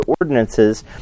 ordinances